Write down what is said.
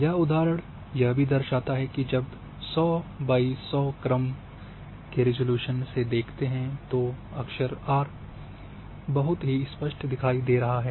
यह उदाहरण यह भी दर्शाता है कि जब 100 X 100 क्रम के रिज़ॉल्यूशन से देखते हैं तो आर अक्षर बहुत स्पष्ट दिखाई दे रहा है